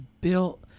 built